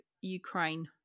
Ukraine